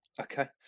Okay